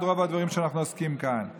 רוב הדברים שאנחנו עוסקים בהם כאן.